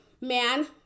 man